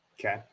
Okay